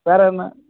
வேறு என்ன